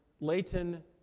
Leighton